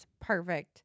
perfect